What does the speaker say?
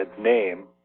name